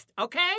okay